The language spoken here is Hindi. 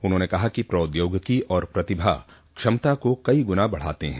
उन्होंने कहा कि प्रौद्योगिकी और प्रतिभा क्षमता को कई गुना बढ़ाते हैं